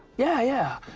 yeah, yeah.